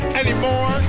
anymore